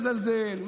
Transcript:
לזלזל,